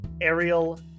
Ariel